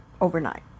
overnight